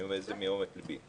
אני אומר את זה מעומק לבי.